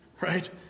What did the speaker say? right